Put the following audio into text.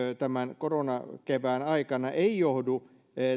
tämän koronakevään aikana ei johdu